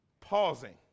Pausing